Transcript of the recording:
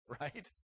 right